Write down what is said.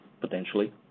potentially